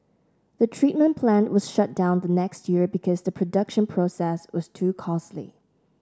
the treatment plant was shut down the next year because the production process was too costly